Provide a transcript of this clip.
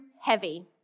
heavy